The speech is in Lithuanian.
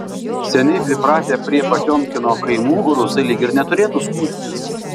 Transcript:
seniai pripratę prie potiomkino kaimų rusai lyg ir neturėtų skųstis